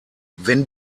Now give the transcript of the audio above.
wenn